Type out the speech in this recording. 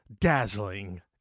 dazzling